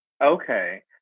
okay